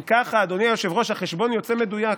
אם ככה, אדוני היושב-ראש, החשבון יוצא מדויק.